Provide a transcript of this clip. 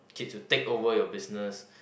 kids to take over your business